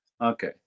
Okay